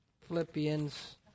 Philippians